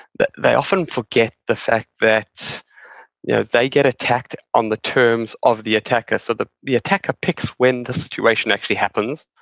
they often forget the fact that yeah they get attacked on the terms of the attacker. so, the the attacker picks when the situation actually happens.